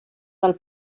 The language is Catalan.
del